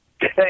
Hey